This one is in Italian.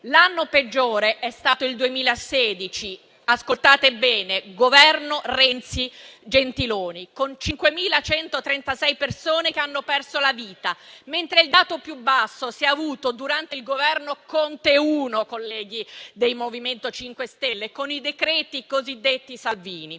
L'anno peggiore è stato il 2016 - ascoltate bene: Governo Renzi e Gentiloni - con 5.136 persone che hanno perso la vita, mentre il dato più basso si è avuto durante il Governo Conte I, colleghi del MoVimento 5 Stelle, con i decreti cosiddetti Salvini.